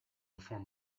before